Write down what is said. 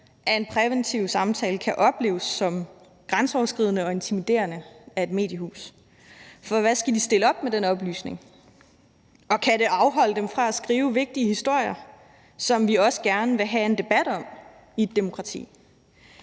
at en præventiv samtale kan opleves som grænseoverskridende og intimiderende af et mediehus. For hvad skal de stille op med den oplysning? Og kan det afholde dem fra at skrive vigtige historier, som vi også gerne vil have en debat om i et demokrati?